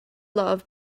love